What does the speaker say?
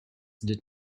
did